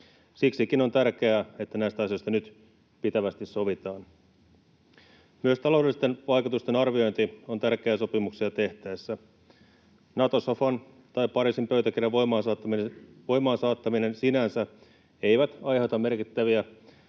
Siksikin on tärkeää, että näistä asioista nyt pitävästi sovitaan. Myös taloudellisten vaikutusten arviointi on tärkeää sopimuksia tehtäessä. Nato-sofan tai Pariisin pöytäkirjan voimaansaattaminen ei sinänsä aiheuta merkittäviä